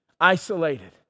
isolated